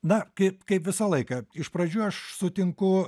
na kaip kaip visą laiką iš pradžių aš sutinku